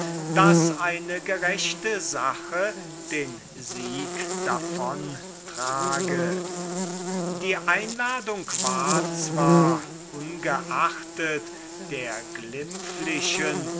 daß seine gerechte sache den sieg davon trage die einladung war zwar ungeachtet der glimpflichen